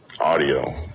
audio